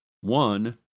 One